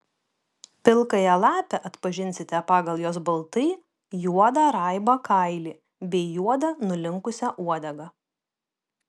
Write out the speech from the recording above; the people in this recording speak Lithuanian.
pilkąją lapę atpažinsite pagal jos baltai juodą raibą kailį bei juodą nulinkusią uodegą